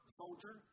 soldier